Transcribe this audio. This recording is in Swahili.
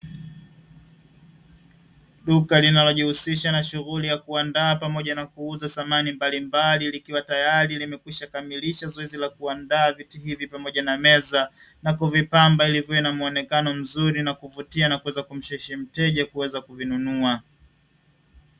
Duka linalojihusisha na kuandaa pamoja na kuuza samani mbalimbali, likiwa tayari limekwishakamilisha zoezi la kuandaa viti hivi pamoja na meza na kuvipamba ili viwe na muonekano mzuri na kuvutia na kumshawishi mteja kuweza kununua.